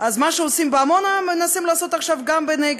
אז מה שעושים בעמונה, מנסים לעשות עכשיו גם בנגב.